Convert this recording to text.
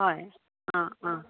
হয় অঁ অঁ